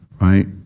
Right